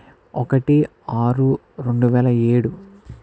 ఒకటి ఆరు రెండు వేల ఏడు